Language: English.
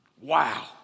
Wow